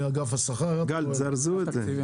גל, תזרזו את זה.